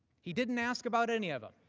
he didn't ask about any of them.